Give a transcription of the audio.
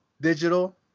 digital